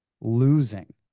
losing